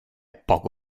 poco